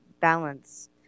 balance